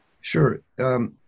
Sure